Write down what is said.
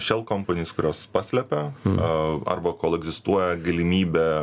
šel kompanys kurios paslepia a arba kol egzistuoja galimybė